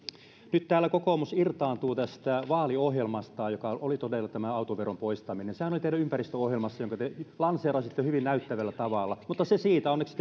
nyt täällä kokoomus irtaantuu tästä vaaliohjelmasta joka oli todella tämä autoveron poistaminen sehän oli teidän ympäristöohjelmassanne jonka te lanseerasitte hyvin näyttävällä tavalla mutta se siitä onneksi